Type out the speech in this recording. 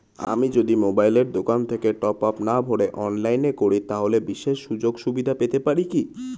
আমি যদি মোবাইলের দোকান থেকে টপআপ না ভরে অনলাইনে করি তাহলে বিশেষ সুযোগসুবিধা পেতে পারি কি?